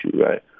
right